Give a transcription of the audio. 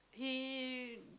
he